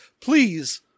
please